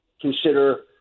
consider